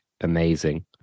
amazing